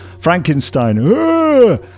Frankenstein